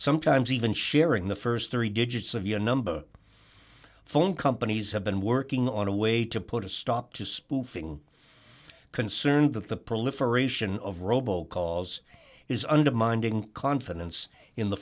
sometimes even sharing the st three digits of your number phone companies have been working on a way to put a stop to spoofing concerned that the proliferation of robo calls is undermining confidence in the